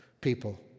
people